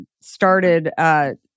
started